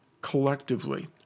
collectively